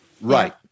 Right